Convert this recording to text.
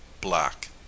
black